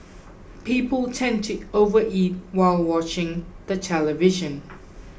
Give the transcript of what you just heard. people tend to overeat while watching the television